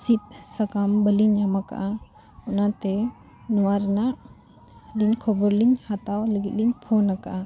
ᱥᱤᱫᱽ ᱥᱟᱠᱟᱢ ᱵᱟᱹᱞᱤᱧ ᱧᱟᱢ ᱟᱠᱟᱜᱼᱟ ᱚᱱᱟᱛᱮ ᱱᱚᱣᱟ ᱨᱮᱱᱟᱜ ᱟᱹᱞᱤᱧ ᱠᱷᱚᱵᱚᱨ ᱞᱤᱧ ᱦᱟᱛᱟᱣ ᱞᱟᱹᱜᱤᱫ ᱞᱤᱧ ᱯᱷᱳᱱ ᱟᱠᱟᱜᱼᱟ